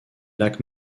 lacs